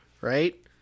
Right